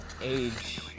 age